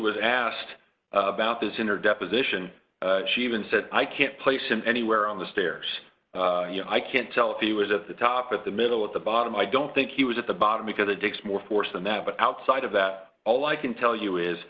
was asked about this in her deposition she even said i can't place him anywhere on the stairs i can't tell if he was at the top of the middle at the bottom i don't think he was at the bottom because it takes more force than that but outside of that all i can tell you is